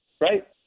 Right